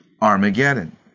Armageddon